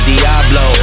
Diablo